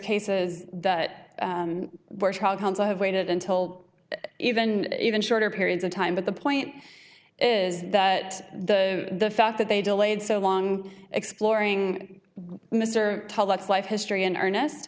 cases that i have waited until even and even shorter periods of time but the point is that the fact that they delayed so long exploring mr telex life history in earnest